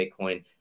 Bitcoin